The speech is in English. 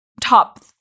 top